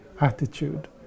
attitude